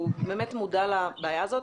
והוא באמת מודע לבעיה הזאת.